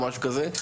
או משהו כזה?